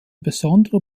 besonderer